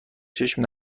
چشم